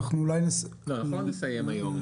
אולי אנחנו נסיים היום.